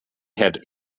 had